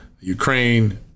Ukraine